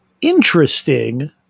interesting